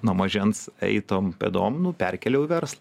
nuo mažens eitom pėdom nu perkėliau į verslą